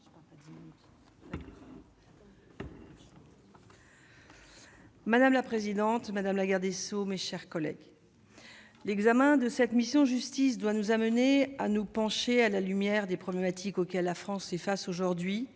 Madame la présidente, madame la garde des sceaux, mes chers collègues, l'examen de cette mission justice doit nous amener à nous pencher, à la lumière des problématiques auxquelles la France face aujourd'hui